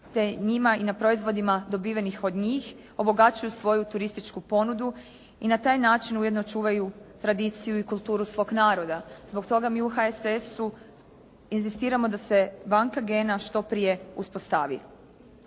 te njima i na proizvodima dobivenim od njih, obogaćuju svoju turističku ponudu i na taj način ujedno čuvaju tradiciju i kulturu svog naroda. Zbog toga mi u HSS-u inzistiramo da se banka gena što prije uspostavi.